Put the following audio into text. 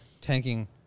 tanking